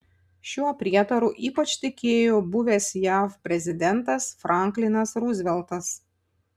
šiuo prietaru ypač tikėjo buvęs jav prezidentas franklinas ruzveltas